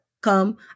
come